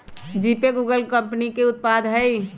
GPay Google कंपनी के उत्पाद हइ